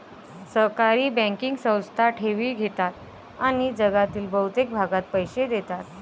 सहकारी बँकिंग संस्था ठेवी घेतात आणि जगातील बहुतेक भागात पैसे देतात